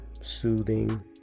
soothing